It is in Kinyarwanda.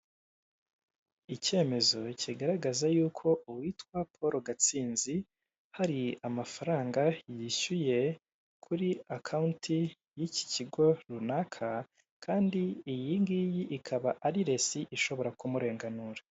Icyemezo kigaragaza yuko uwitwa paul Gatsinzi hari amafaranga yishyuye kuri akaunti y'iki kigo runaka kandi iyi ngiyi ikaba ari resi ishobora kumurenganura.